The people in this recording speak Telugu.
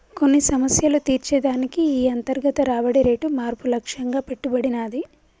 కొన్ని సమస్యలు తీర్చే దానికి ఈ అంతర్గత రాబడి రేటు మార్పు లక్ష్యంగా పెట్టబడినాది